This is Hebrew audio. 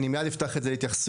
אני מיד אפתח את זה להתייחסויות.